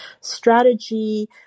strategy